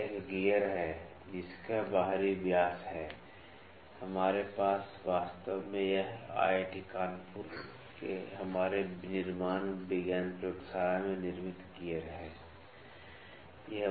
यह एक गियर है जिसका बाहरी व्यास है कि हमारे पास यह वास्तव में आईआईटी कानपुर में हमारे विनिर्माण विज्ञान प्रयोगशाला में निर्मित गियर है